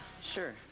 sure